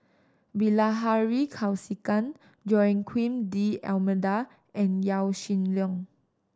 Bilahari Kausikan Joaquim D'Almeida and Yaw Shin Leong